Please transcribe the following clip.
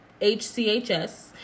HCHS